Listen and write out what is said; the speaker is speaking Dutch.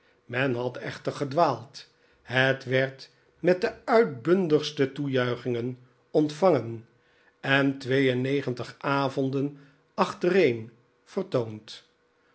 men had echter gedwaald het werd met do uitbundigste toejuichingen ontvangen en twee en negentig avonden achtereen vertoond